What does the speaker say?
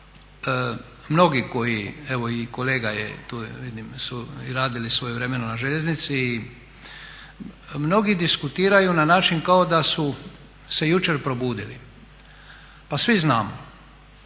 da mnogi koji, evo i kolega je tu vidim su radili svojevremeno na željeznici i mnogi diskutiraju na način kao da su se jučer probudili. Pa svi znamo